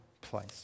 place